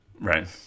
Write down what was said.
Right